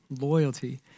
Loyalty